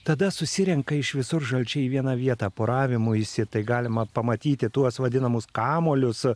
tada susirenka iš visur žalčiai į vieną vietą poravimuisi tai galima pamatyti tuos vadinamus kamuolius